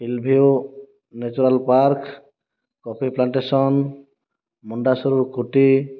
hill view natural park coffee plantation ମୁଣ୍ଡାସ୍ୱରୂକୁଟି